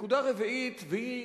נקודה רביעית והיא